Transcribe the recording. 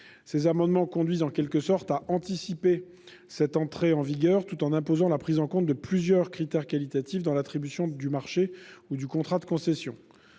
rectifié et 227 ont pour objet d'anticiper son entrée en vigueur tout en imposant la prise en compte de plusieurs critères qualitatifs dans l'attribution du marché ou du contrat de concession.